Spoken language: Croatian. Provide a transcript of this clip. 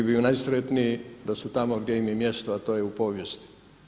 I bio bih najsretniji da su tamo gdje im je mjesto, a to je u povijesti.